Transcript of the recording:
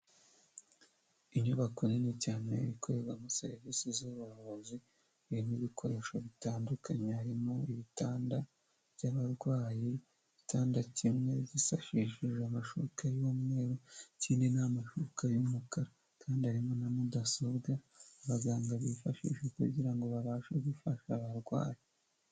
Inyubako nini cyane ikorerwamo serivisi z'ubuvuzi irimo ibikoresho bitandukanye harimo ibitanda by'abarwayi, igitanda kimwe gisashishijwe amashuka y'umweru ikindi n’amashuka y'umukara kandi harimo na mudasobwa abaganga bifashisha kugira ngo babashe gufasha abarwayi.